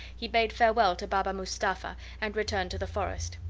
he bade farewell to baba mustapha and returned to the forest.